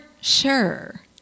sure